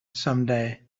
someday